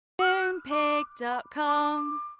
Moonpig.com